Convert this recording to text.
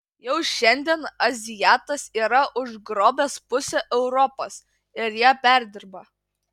jau šiandien azijatas yra užgrobęs pusę europos ir ją perdirba